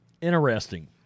Interesting